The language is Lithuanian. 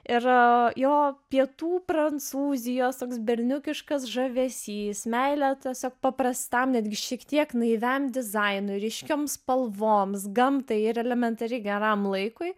ir jo pietų prancūzijos toks berniukiškas žavesys meilė tiesiog paprastam netgi šiek tiek naiviam dizainui ryškioms spalvoms gamtai ir elementariai geram laikui